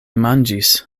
manĝis